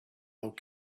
old